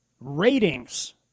ratings